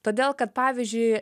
todėl kad pavyzdžiui